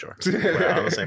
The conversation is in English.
sure